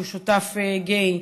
שהוא שותף גיי,